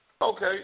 Okay